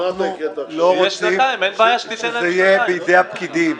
אנחנו לא רוצים שזה יהיה בידי הפקידים.